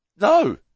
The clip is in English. No